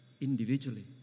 individually